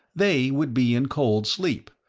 they would be in cold sleep,